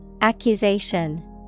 Accusation